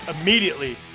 immediately